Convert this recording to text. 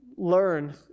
learn